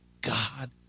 God